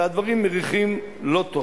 והדברים מריחים לא טוב.